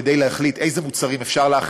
כדי להחליט איזה מוצרים אפשר להכניס,